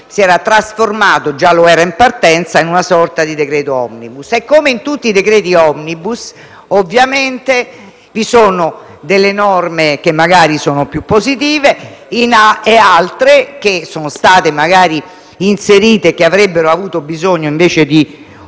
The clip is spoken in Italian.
si era trasformato - già lo era in partenza - in una sorta di decreto *omnibus*. Come in tutti i decreti *omnibus*, ovviamente vi sono delle norme magari più positive ed altre, che sono state inserite e che avrebbero forse avuto bisogno di